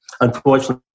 Unfortunately